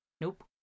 nope